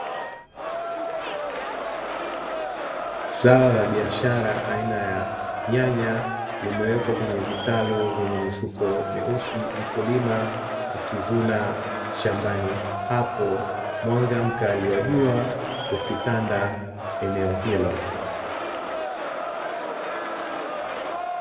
Zao la biashara aina ya nyanya limewekwa kwenye vitalu vyenye mifuko meusi mkulima akivuna shambani hapo mwanga mkali wa jua ukitanda eneo hilo.